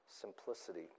simplicity